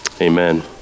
Amen